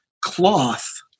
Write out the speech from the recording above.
cloth